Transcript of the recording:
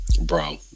Bro